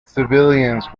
civilians